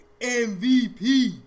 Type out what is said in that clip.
MVP